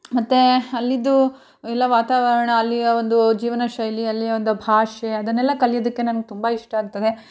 ಮತ್ತು ಅಲ್ಲಿಯದ್ದು ಎಲ್ಲ ವಾತಾವರಣ ಅಲ್ಲಿಯ ಒಂದು ಜೀವನ ಶೈಲಿ ಅಲ್ಲಿಯ ಒಂದು ಭಾಷೆ ಅದನ್ನೆಲ್ಲ ಕಲಿಯೋದಕ್ಕೆ ನನ್ಗೆ ತುಂಬ ಇಷ್ಟ ಆಗ್ತದೆ